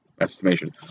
estimation